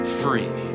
free